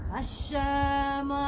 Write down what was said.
Hashem